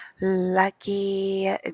Lucky